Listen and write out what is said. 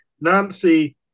Nancy